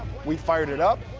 we fired it up,